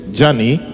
journey